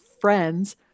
friends